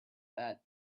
that